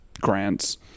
grants